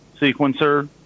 sequencer